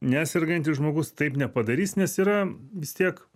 nesergantis žmogus taip nepadarys nes yra vis tiek